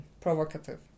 provocative